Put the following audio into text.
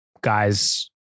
guys